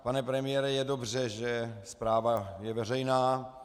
Pane premiére, je dobře, že zpráva je veřejná.